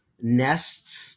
nests